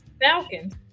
Falcons